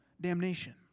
damnation